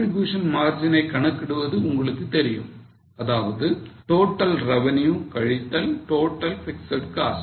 Contribution margin ஐ கணக்கிடுவது உங்களுக்கு தெரியும் அதாவது total revenue கழித்தல் total fixed cost